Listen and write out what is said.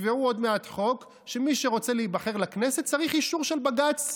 תקבעו עוד מעט חוק שמי שרוצה להיבחר לכנסת צריך אישור של בג"ץ.